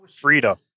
freedom